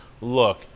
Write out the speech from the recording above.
look